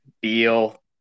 Beal